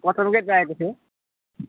कटनकै चाहिएको थियो